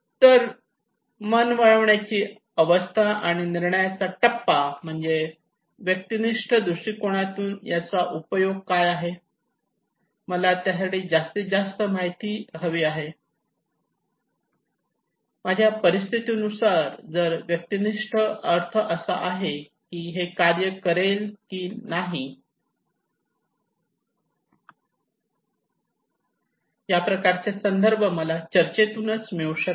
तर मन वळवण्याची अवस्था आणि निर्णयाचा टप्पा म्हणजे व्यक्तिनिष्ठ दृष्टीकोनातून याचा उपयोग काय आहे मला त्यासाठी जास्त माहिती हवी आहे माझ्या परिस्थिती नुसार जर व्यक्तिनिष्ठ अर्थ असा आहे की हे कार्य करेल की नाही या प्रकारचे संदर्भ मला चर्चेतूनच मिळू शकतात